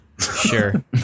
sure